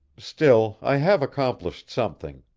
still, i have accomplished something.